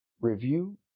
review